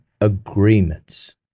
agreements